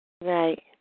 Right